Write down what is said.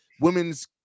women's